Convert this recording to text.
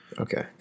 Okay